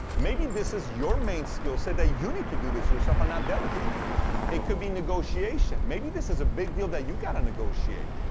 maybe this is your main skill set that you need to do this yourself, and not delegate it. it could be negotiation. maybe this is a big deal that you got to negotiate.